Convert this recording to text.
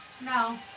No